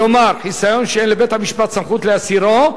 כלומר חיסיון שאין לבית-משפט סמכות להסירו.